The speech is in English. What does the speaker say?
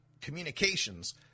Communications